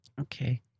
Okay